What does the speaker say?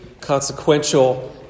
consequential